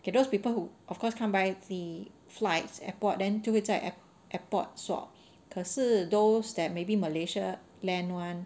okay those people who of course come by the flights airport then 就会在 ap~ airport swab 可是 those that maybe malaysia land [one]